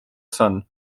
sun